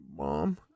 Mom